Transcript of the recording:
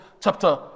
chapter